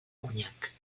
conyac